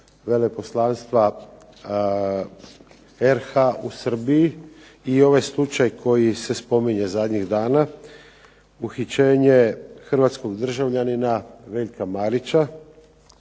veleposlanstva RH u Srbiji, i ovaj slučaj koji se spominje zadnjih dana uhićenje hrvatskog državljanina Veljka Marića